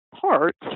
parts